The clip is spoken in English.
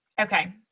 Okay